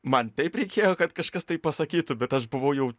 man taip reikėjo kad kažkas tai pasakytų bet aš buvau jau